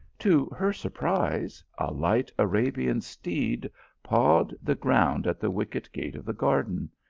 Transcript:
to her surprise, a light arabian steed pawed the ground at the wicket gate of the garden,